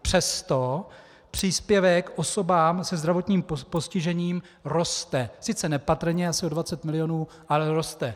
Přesto příspěvek osobám se zdravotním postižením roste sice nepatrně, asi o 20 mil., ale roste.